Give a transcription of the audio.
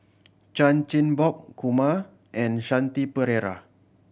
Chan Chin Bock Kumar and Shanti Pereira